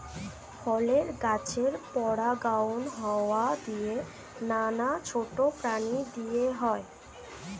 ফলের গাছের পরাগায়ন হাওয়া দিয়ে, নানা ছোট প্রাণী দিয়ে হয়